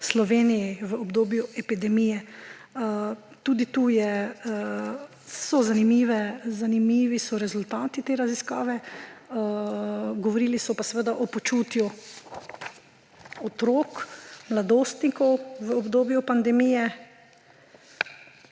v Sloveniji v obdobju epidemije. Tudi tukaj so zanimivi rezultati te raziskave. Govorili so pa seveda o počutju otrok, mladostnikov v obdobju pandemije.